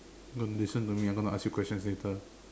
don't listen to me I'm going to ask you question later